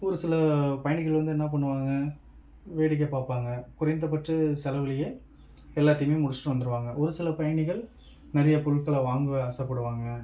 ஒருசில பயணிகள் வந்து என்ன பண்ணுவாங்கள் வேடிக்கை பார்ப்பாங்க குறைந்தபட்ச செலவிலயே எல்லாத்தையுமே முடிச்சிட்டு வந்துருவாங்கள் ஒருசில பயணிகள் நிறையப் பொருட்கள வாங்க ஆசைப்படுவாங்க